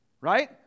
Right